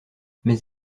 mais